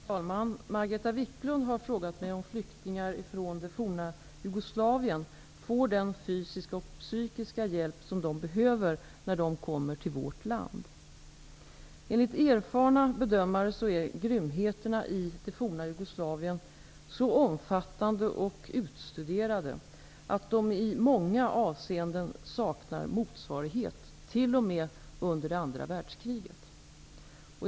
Fru talman! Margareta Viklund har frågat mig om flyktingar från det forna Jugoslavien får den fysiska och psykiska hjälp de behöver när de kommer till vårt land. Enligt erfarna bedömare är grymheterna i det forna Jugoslavien så omfattande och utstuderade att de i många avseenden saknar motsvarighet t.o.m. under det andra världskriget.